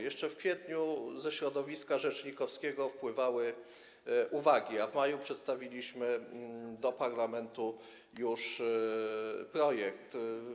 Jeszcze w kwietniu ze środowiska rzeczniowskiego wpływały uwagi, a już w maju przedstawiliśmy parlamentowi projekt.